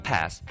Pass